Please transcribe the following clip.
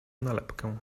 nalepkę